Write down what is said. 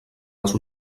les